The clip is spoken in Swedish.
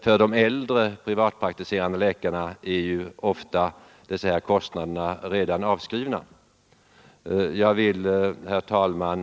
För de äldre privatpraktiserande läkarna är ju ofta de här kostnaderna redan avskrivna. Herr talman!